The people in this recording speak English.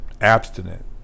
abstinent